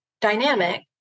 dynamic